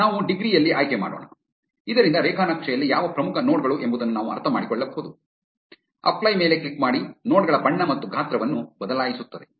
ನಾವು ಡಿಗ್ರಿ ಯಲ್ಲಿ ಆಯ್ಕೆ ಮಾಡೋಣ ಇದರಿಂದ ರೇಖಾನಕ್ಷೆಯಲ್ಲಿ ಯಾವ ಪ್ರಮುಖ ನೋಡ್ ಗಳು ಎಂಬುದನ್ನು ನಾವು ಅರ್ಥಮಾಡಿಕೊಳ್ಳಬಹುದು ಅಪ್ಲೈ ಮೇಲೆ ಕ್ಲಿಕ್ ಮಾಡಿ ನೋಡ್ ಗಳ ಬಣ್ಣ ಮತ್ತು ಗಾತ್ರವನ್ನು ಬದಲಾಯಿಸುತ್ತದೆ